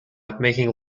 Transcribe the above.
making